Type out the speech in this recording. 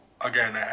again